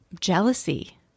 Jealousy